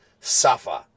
suffer